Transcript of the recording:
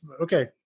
okay